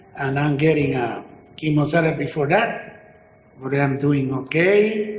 and i'm getting ah chemotherapy for that, but i'm doing okay.